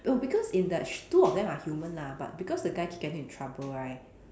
oh because in that sh~ two of them are human lah but because that guy keep getting into trouble right